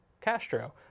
Castro